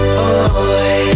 boy